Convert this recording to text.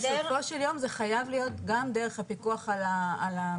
בסופו של יום זה חייב להיות גם דרך הפיקוח על המעונות.